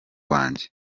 wanjye